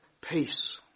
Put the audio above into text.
peace